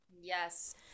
Yes